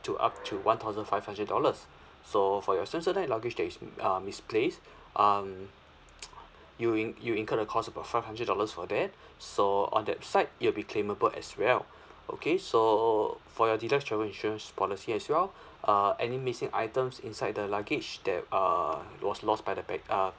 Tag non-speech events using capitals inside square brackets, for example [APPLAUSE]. to up to one thousand five hundred dollars so for your samsonite luggage that is uh misplaced um [NOISE] you'll in~ you'll incur the cost about five hundred dollars for that so on that side it'll be claimable as well okay so for your deluxe travel insurance policy as well uh any missing items inside the luggage that uh was lost by the bag uh